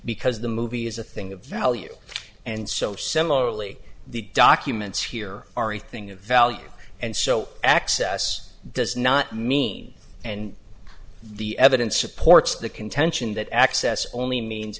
because the movie is a thing of value and so similarly the documents here are a thing of value and so access does not mean and the evidence supports the contention that access only means